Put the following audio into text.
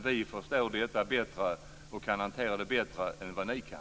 Vi förstår detta bättre, och kan hantera det bättre, än vad ni kan.